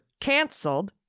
canceled